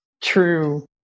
true